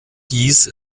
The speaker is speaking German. dies